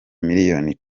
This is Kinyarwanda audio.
miliyoni